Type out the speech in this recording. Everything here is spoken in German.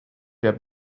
der